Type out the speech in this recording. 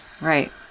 right